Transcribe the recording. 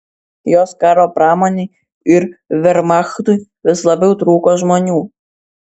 jos karo pramonei ir vermachtui vis labiau trūko žmonių